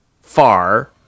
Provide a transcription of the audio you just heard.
far